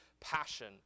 passion